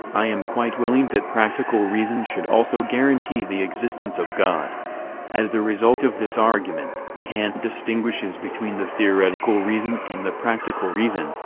i am quite willing that practical reason should also guarantee the existence of god as the result of this argument, kant distinguishes between the theoretical reason and the practical reason,